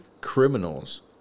criminals